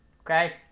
Okay